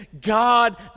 god